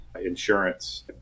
insurance